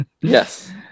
Yes